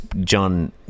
John